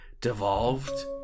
devolved